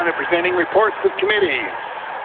and presenting reports of committees